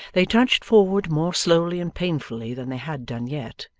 they trudged forward, more slowly and painfully than they had done yet,